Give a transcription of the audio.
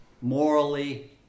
morally